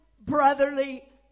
brotherly